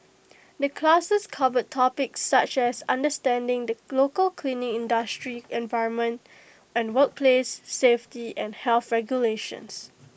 the classes cover topics such as understanding the local cleaning industry environment and workplace safety and health regulations